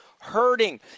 hurting